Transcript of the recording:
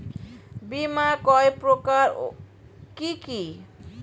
বীমা কয় প্রকার কি কি?